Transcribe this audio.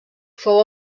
fou